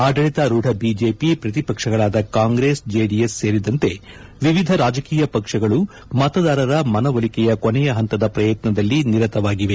ಆಡಳಿತಾರೂಢ ಬಿಜೆಪಿ ಪ್ರತಿಪಕ್ಷಗಳಾದ ಕಾಂಗ್ರೆಸ್ ಜೆಡಿಎಸ್ ಸೇರಿದಂತೆ ವಿವಿಧ ರಾಜಕೀಯ ಪಕ್ಷಗಳು ಮತದಾರರ ಮನವೊಲಿಕೆಯ ಕೊನೆಯ ಹಂತದ ಪ್ರಯತ್ನದಲ್ಲಿ ನಿರತವಾಗಿವೆ